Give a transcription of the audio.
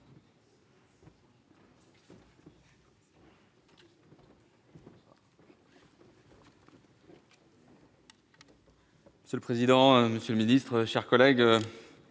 Monsieur le président, monsieur le ministre, mes chers collègues,